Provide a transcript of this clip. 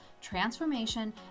transformation